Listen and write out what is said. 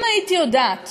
אם הייתי יודעת